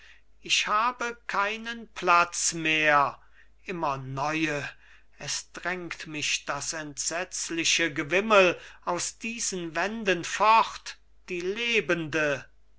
ich habe keinen platz mehr immer neue es drängt mich das entsetzliche gewimmel aus diesen wänden fort die lebende